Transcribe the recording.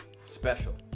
special